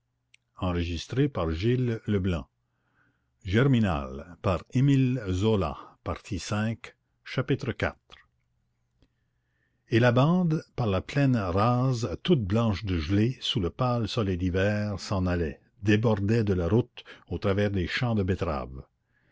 iv et la bande par la plaine rase toute blanche de gelée sous le pâle soleil d'hiver s'en allait débordait de la route au travers des champs de betteraves